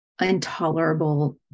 intolerable